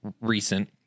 recent